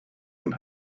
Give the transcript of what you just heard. and